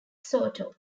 soto